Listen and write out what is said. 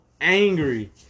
angry